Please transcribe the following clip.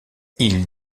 ils